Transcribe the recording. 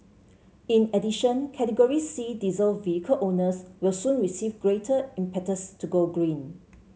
in addition Category C diesel vehicle owners will soon receive greater impetus to go green